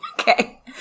Okay